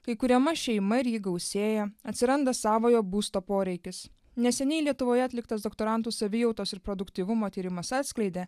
kai kuriama šeima ir ji gausėja atsiranda savojo būsto poreikis neseniai lietuvoje atliktas doktorantų savijautos ir produktyvumo tyrimas atskleidė